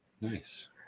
Nice